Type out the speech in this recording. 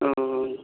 ओऽ